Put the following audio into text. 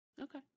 Okay